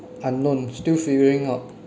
unknown still figuring out